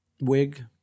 Wig